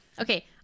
okay